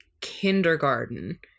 kindergarten